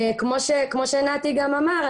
כפי שנתי אמר,